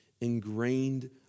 ingrained